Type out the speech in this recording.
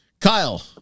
Kyle